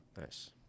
Nice